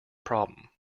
problem